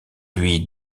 lui